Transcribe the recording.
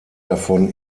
davon